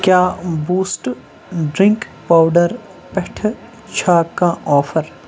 کیٛاہ Boost drink powder پٮ۪ٹھٕ چھا کانٛہہ آفر